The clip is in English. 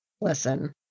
Listen